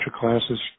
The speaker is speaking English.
classes